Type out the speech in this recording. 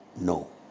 No